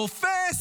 הרופס,